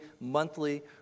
monthly